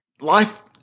life